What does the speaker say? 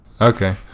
okay